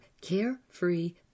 carefree